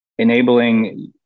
enabling